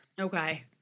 Okay